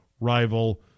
rival